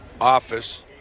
office